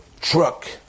truck